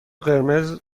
قرمز